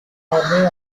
army